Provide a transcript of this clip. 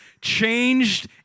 changed